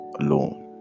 alone